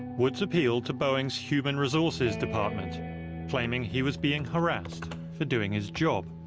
woods appealed to boeing's human resources department claiming he was being harassed for doing his job.